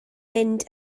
mynd